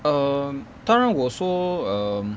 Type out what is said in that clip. um 当然我说 um